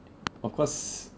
of course